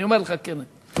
אני אומר לך: כן.